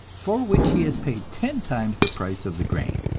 for which he has paid ten times the price of the grain!